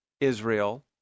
Israel